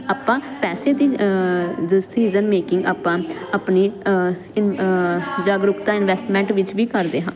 ਆਪਾਂ ਪੈਸੇ ਦੀ ਦਾ ਸੀਜਨ ਮੇਕਿੰਗ ਆਪਾਂ ਆਪਣੇ ਜਾਗਰੂਕਤਾ ਇਨਵੈਸਟਮੈਂਟ ਵਿੱਚ ਵੀ ਕਰਦੇ ਹਾਂ